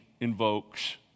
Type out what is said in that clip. invokes